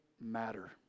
matter